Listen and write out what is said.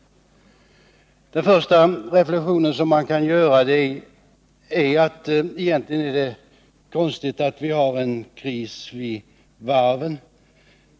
Den första reflexion som man kan göra är att det egentligen är konstigt att vi haren kris vid varven.